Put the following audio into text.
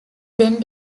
then